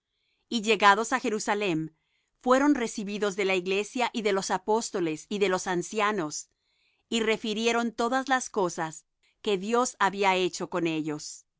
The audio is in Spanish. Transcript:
y llegados á jerusalem fueron recibidos de la iglesia y de los apóstoles y de los ancianos y refirieron todas las cosas que dios había hecho con ellos